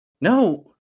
No